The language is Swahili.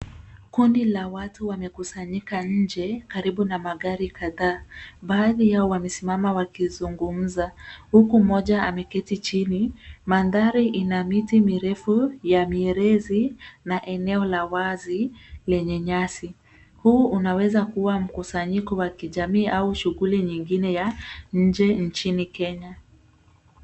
Kundi la watu wamekusanyika nje karibu na magari kadhaa. Baadhi yao wamesimama wakizungumza huku mmoja ameketi chini. Mandhari ina miti mirefu ya mierezi na eneo la wazi lenye nyasi. Huu unaweza kuwa mkusanyiko wa kijamii au shughuli nyingine ya nje nchini Kenya.